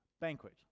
banquet